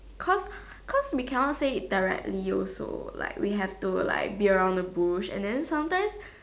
cause cause we cannot say directly also like we have to like beat around the bush and then sometimes